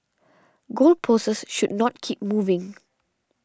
goal posts should not keep moving